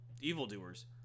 evildoers